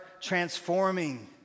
transforming